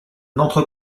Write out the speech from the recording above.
n’entre